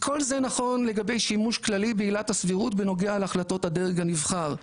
כל זה נכון לגבי שימוש כללי בעילת הסבירות בנוגע להחלטות הדרג הנבחר,